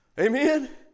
Amen